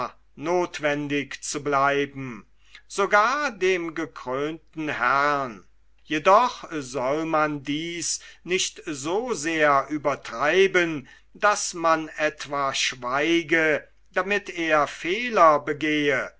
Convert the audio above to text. nothwendig zu bleiben sogar dem gekrönten herrn jedoch soll man dies nicht so sehr übertreiben daß man etwa schweige damit er fehler begehe